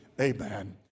amen